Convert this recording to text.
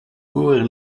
were